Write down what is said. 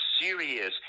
serious